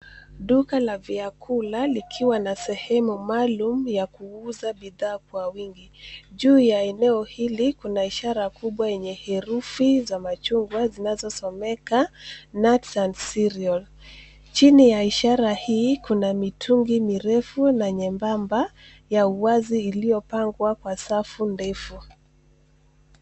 Duka la vyakula likiwa na sehemu maalum ya kuuza bidhaa kwa wingi, juu ya eneo hili kuna ishara kubwa enye herufi za majungwa zinazosomeka nut and serials jini ya ishara hii kuna mitungi mirefu na nyembamba ya uwazi iliopangwa kwa safu ndefu.